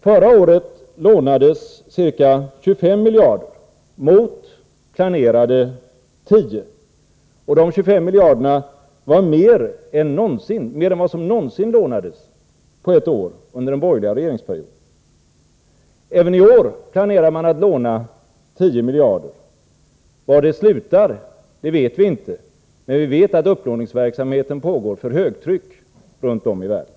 Förra året lånades ca 25 miljarder kronor mot planerade 10 miljarder. De 25 miljarderna var mer än vad som någonsin lånades på ett år under den borgerliga regeringsperioden. Även i år planerar man att låna 10 miljarder kronor. Vi vet inte var detta kommer att sluta, men vi vet att upplåningsverksamheten går för högtryck runt om i världen.